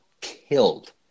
killed